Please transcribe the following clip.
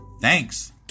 Thanks